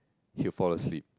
he would fall asleep